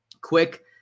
quick